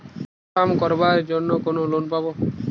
Poultry farm করার জন্য কোন লোন পাব?